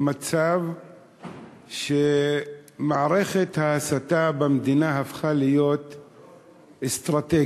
למצב שמערכת ההסתה במדינה הפכה להיות אסטרטגיה.